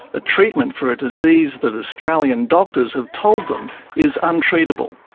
a treatment for a disease that australian doctors have told them is untreatable.